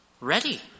ready